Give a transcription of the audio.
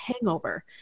hangover